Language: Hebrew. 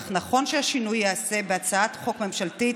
אך נכון שהשינוי ייעשה בהצעת חוק ממשלתית,